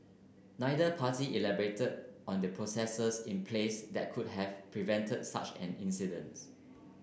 neither party elaborated on the processes in place that could have prevented such an incident